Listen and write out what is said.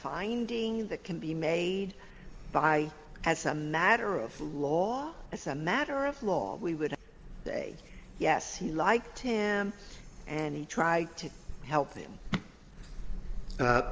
finding that can be made by as a matter of law as a matter of law we would say yes he liked him and he tried to help him